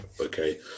Okay